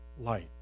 light